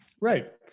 Right